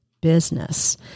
business